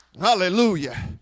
Hallelujah